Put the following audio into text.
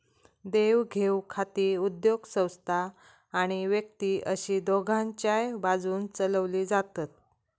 देवघेव खाती उद्योगसंस्था आणि व्यक्ती अशी दोघांच्याय बाजून चलवली जातत